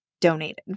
donated